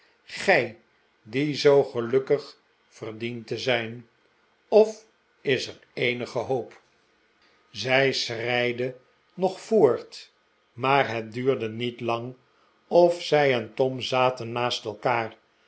gij die zqo gelukkig verdient te ziin of is er eenige hoop v vyt m w het geheim van tom's leven zij schreide nog voort maar het duurde niet lang of zij en tom zaten naast elkaar